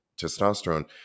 testosterone